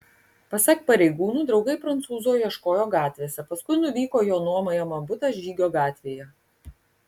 pasak pareigūnų draugai prancūzo ieškojo gatvėse paskui nuvyko į jo nuomojamą butą žygio gatvėje